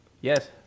Yes